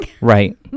Right